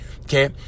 okay